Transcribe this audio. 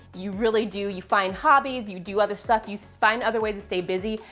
you really do, you find hobbies, you do other stuff. you so find other ways to stay busy,